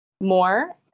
more